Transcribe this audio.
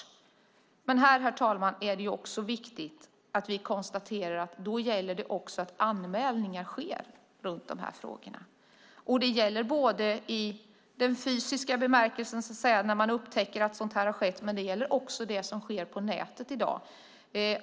Här är det också viktigt, herr talman, att vi konstaterar att det då också gäller att anmälningar görs i de här frågorna. Det gäller i den fysiska bemärkelsen, så att säga när man upptäcker att sådant här har skett, men det gäller också det som sker på nätet i dag.